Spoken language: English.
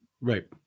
Right